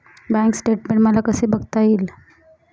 Bank statement मला कसे बघता येईल?